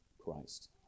Christ